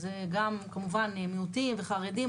זה גם כמובן מיעוטים וחרדים,